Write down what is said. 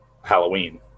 Halloween